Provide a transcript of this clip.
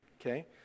Okay